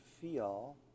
feel